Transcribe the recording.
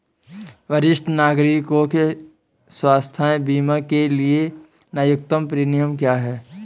वरिष्ठ नागरिकों के स्वास्थ्य बीमा के लिए न्यूनतम प्रीमियम क्या है?